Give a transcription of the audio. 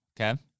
Okay